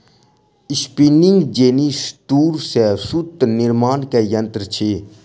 spinning jenny तूर से सूत निर्माण के यंत्र अछि